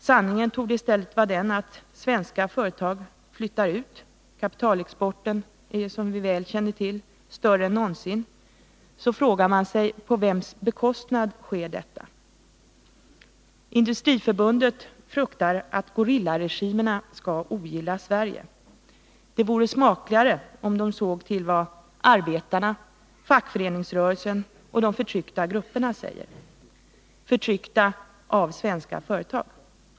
Sanningen torde i stället vara den att svenska företag flyttar ut — kapitalexporten är, som vi känner till väl, större i dag än någonsin. Man frågar sig: På vems bekostnad sker detta? Industriförbundet fruktar att gorillaregimerna skall ogilla Sverige. Det vore smakligare om de såg till vad arbetarna, fackföreningsrörelsen och de förtryckta grupperna — förtryckta av svenska företag — säger.